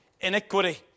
iniquity